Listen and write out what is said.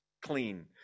clean